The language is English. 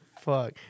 Fuck